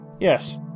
Yes